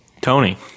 Tony